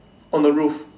on the roof